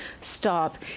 stop